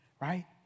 right